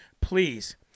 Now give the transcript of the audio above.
please